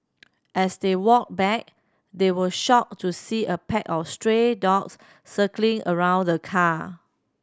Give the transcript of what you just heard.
as they walked back they were shocked to see a pack of stray dogs circling around the car